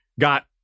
got